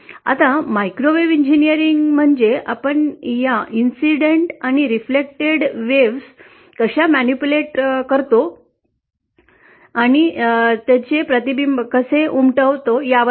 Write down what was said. आता microwave engineering म्हणजे आपण या घटनेत कशा प्रकारे फेरफार करतो आणि लाटांचे प्रतिबिंब कसे उमटवतो यावर आहे